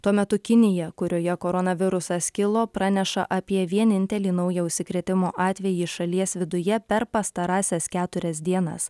tuo metu kinija kurioje koronavirusas kilo praneša apie vienintelį naują užsikrėtimo atvejį šalies viduje per pastarąsias keturias dienas